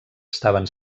estaven